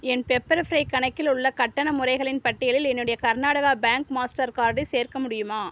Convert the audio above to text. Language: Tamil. என் பெப்பர் ஃப்ரை கணக்கில் உள்ள கட்டண முறைகளின் பட்டியலில் என்னுடைய கர்நாடகா பேங்க் மாஸ்டர் கார்டை சேர்க்க முடியுமா